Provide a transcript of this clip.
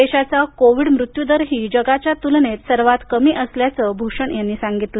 देशाचा कोविड मृत्युदर ही जगाच्या तुलनेत सर्वात कमी असल्याचं त्यांनी सांगितलं